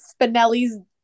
Spinelli's